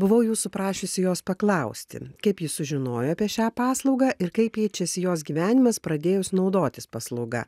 buvau jūsų prašiusi jos paklausti kaip ji sužinojo apie šią paslaugą ir kaip keičiasi jos gyvenimas pradėjus naudotis paslauga